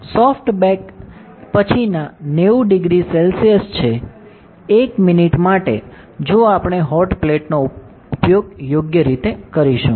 soft bake એ પછીના 900 C છે 1 મિનિટ માટે જો આપણે હોટ પ્લેટનો ઉપયોગ યોગ્ય રીતે કરીશું